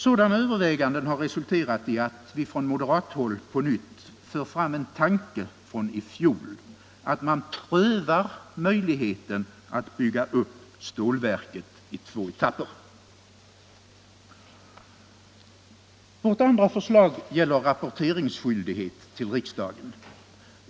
Sådana överväganden har resulterat i att vi från moderat håll på nytt för fram en tanke från i fjol, nämligen att man prövar möjligheten att bygga upp stålverket i två etapper. Vårt andra förslag gäller rapporteringsskyldighet till riksdagen.